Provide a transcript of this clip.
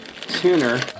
tuner